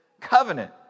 covenant